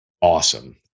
awesome